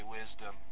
wisdom